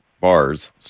Bars